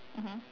mmhmm